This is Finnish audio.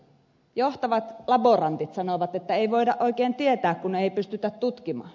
johtavat laborantit sanovat että ei voida oikein tietää kun ei pystytä tutkimaan